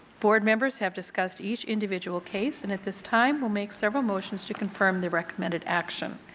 board members have discussed each individual case, and at this time will make several motions to confirm the recommended action.